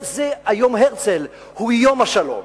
היום הוא יום הרצל, הוא יום השלום.